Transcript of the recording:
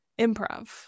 Improv